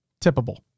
Tippable